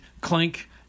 clink